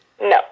No